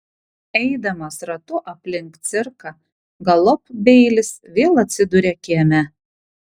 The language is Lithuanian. eidamas ratu aplink cirką galop beilis vėl atsiduria kieme